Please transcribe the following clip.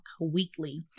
weekly